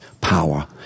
power